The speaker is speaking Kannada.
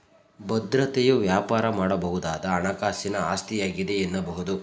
ಭದ್ರತೆಯು ವ್ಯಾಪಾರ ಮಾಡಬಹುದಾದ ಹಣಕಾಸಿನ ಆಸ್ತಿಯಾಗಿದೆ ಎನ್ನಬಹುದು